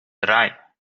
drei